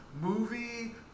movie